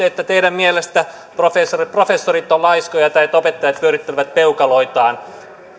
että teidän mielestänne professorit professorit ovat laiskoja tai että opettajat pyörittävät peukaloitaan